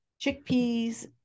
chickpeas